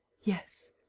yes.